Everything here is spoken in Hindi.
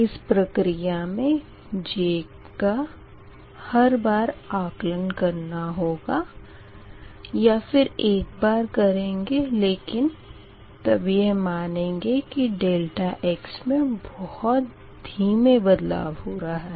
इस प्रक्रिया मे J का हर बार आकलन करना होगा या फिर एक बार करेंगे लेकिन तब यह मानेंगे कि ∆x मे बहुत धीमे बदलाव हो रहा है